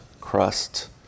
crust